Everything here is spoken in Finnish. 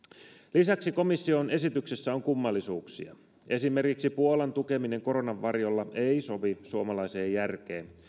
lisäksi komission esityksessä on kummallisuuksia esimerkiksi puolan tukeminen koronan varjolla ei sovi suomalaiseen järkeen